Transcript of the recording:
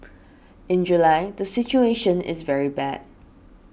in July the situation is very bad